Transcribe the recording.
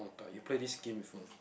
you play this game before or not